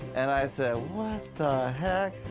and i said what the heck?